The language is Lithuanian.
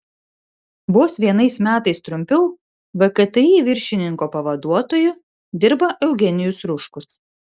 vos vienais metais trumpiau vkti viršininko pavaduotoju dirba eugenijus ruškus